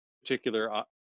particular